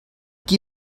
qui